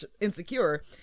insecure